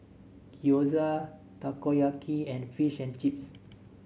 Gyoza Takoyaki and Fish and Chips